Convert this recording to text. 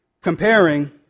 Comparing